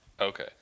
Okay